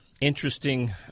interesting